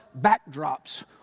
backdrops